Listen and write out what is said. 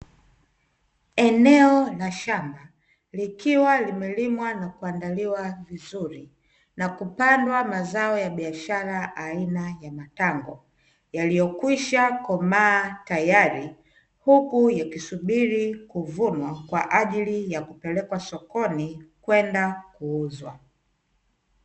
Eneo la shamba likiwa limelimwa na kuandaliwa vizuri, na kupandwa mazao ya biashara aina ya matango, yaliyo kwisha komaa tayari huku yakisubiri kuvunwa kwa ajili ya kupelekwa sokoni kwenda kuuzwa.